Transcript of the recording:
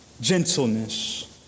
gentleness